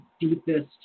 deepest